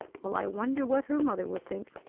well, i wonder what her mother would think.